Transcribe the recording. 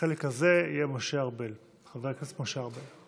בחלק הזה יהיה חבר הכנסת משה ארבל.